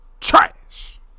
Trash